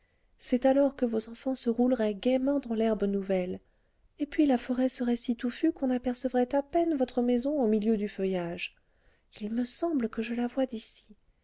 c'est alors que vos enfants se rouleraient gaiement dans l'herbe nouvelle et puis la forêt serait si touffue qu'on apercevrait à peine votre maison au milieu du feuillage il me semble que je la vois d'ici